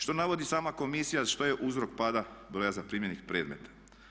Što navodi sama komisija što je uzrok pada broja zaprimljenih predmeta?